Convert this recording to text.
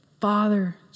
Father